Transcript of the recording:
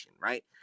right